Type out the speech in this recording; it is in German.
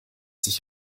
sich